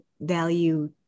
value